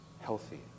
healthy